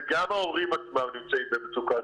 וגם ההורים עצמם נמצאים במצוקה,